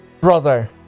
brother